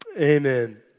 Amen